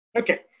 Okay